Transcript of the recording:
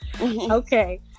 Okay